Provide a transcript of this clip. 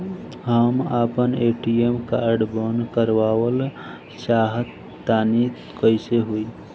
हम आपन ATM card बंद करावल चाह तनि कइसे होई?